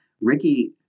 Ricky